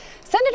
Senator